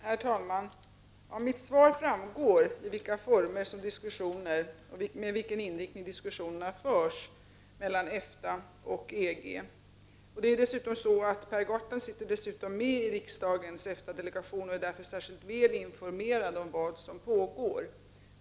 Herr talman! Av mitt svar framgår i vilka former och med vilken inriktning diskussionerna förs mellan EFTA och EG. Per Gahrton sitter dessutom med i riksdagens EFTA-delegation och är därför särskilt väl informerad om vad som pågår.